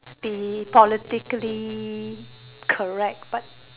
be politically correct but